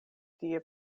tie